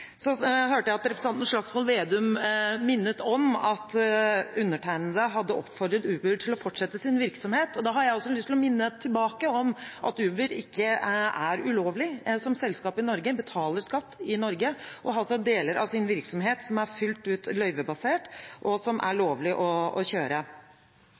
hørte jeg at representanten Slagsvold Vedum minnet om at undertegnede hadde oppfordret Uber til å fortsette sin virksomhet. Da har jeg også lyst til å minne tilbake om at Uber ikke er ulovlig som selskap i Norge. De betaler skatt i Norge og har deler av sin virksomhet som er fullt ut løyvebasert, og som er lovlig å kjøre.